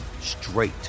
straight